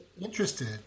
interested